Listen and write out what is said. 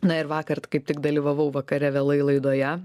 na ir vakar kaip tik dalyvavau vakare vėlai laidoje